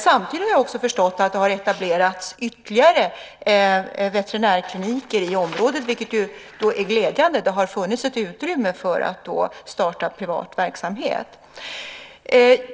Samtidigt har jag förstått att det har etablerats ytterligare en veterinärklinik i området, vilket ju är glädjande. Det har funnits ett utrymme för att starta privat verksamhet.